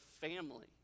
family